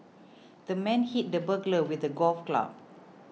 the man hit the burglar with a golf club